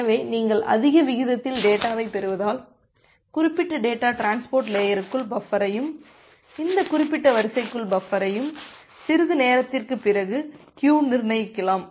எனவே நீங்கள் அதிக விகிதத்தில் டேட்டாவைப் பெறுவதால் குறிப்பிட்ட டேட்டா டிரான்ஸ்போர்ட் லேயர்க்குள் பஃபரையும் இந்த குறிப்பிட்ட வரிசைக்குள் பஃபரையும் சிறிது நேரத்திற்குப் பிறகு க்கியு நிரம்பியிருக்கலாம்